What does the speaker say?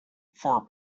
for